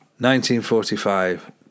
1945